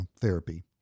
therapy